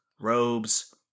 robes